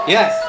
Yes